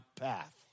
path